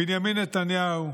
בנימין נתניהו,